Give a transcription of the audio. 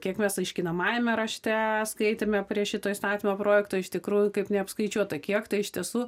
kiek mes aiškinamajame rašte skaitėme prie šito įstatymo projekto iš tikrųjų kaip neapskaičiuota kiek tai iš tiesų